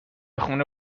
خونه